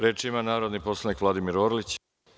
Reč ima narodni poslanik Vladimir Orlić.